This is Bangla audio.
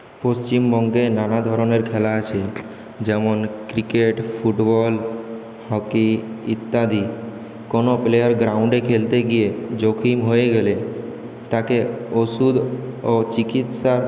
পশ্চিমবঙ্গে নানা ধরনের খেলা আছে যেমন ক্রিকেট ফুটবল হকি ইত্যাদি কোনো প্লেয়ার গ্রাউন্ডে খেলতে গিয়ে জখম হয়ে গেলে তাকে ওষুধ ও চিকিৎসার